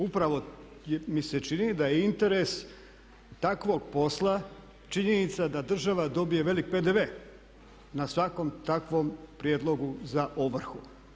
Upravo mi se čini da je interes takvog posla činjenica da država dobije velik PDV na svakom takvom prijedlogu za ovrhu.